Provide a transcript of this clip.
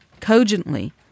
cogently